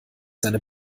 seine